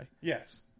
Yes